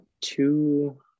two